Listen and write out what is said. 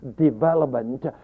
development